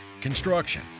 construction